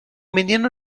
menino